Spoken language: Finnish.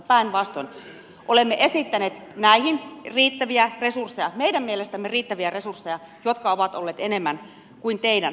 päinvastoin olemme esittäneet näihin riittäviä resursseja meidän mielestämme riittäviä resursseja jotka ovat olleet enemmän kuin teidän